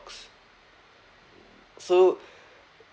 so